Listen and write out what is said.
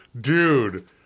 Dude